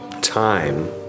time